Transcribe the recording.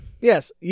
Yes